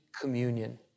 Communion